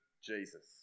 Jesus